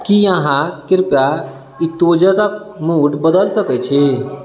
की अहाँ कृपया इत्तोजदक मूड बदल सकैत छी